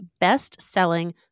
best-selling